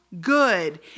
good